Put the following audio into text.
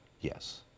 Yes